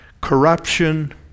Corruption